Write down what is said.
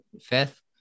fifth